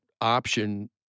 option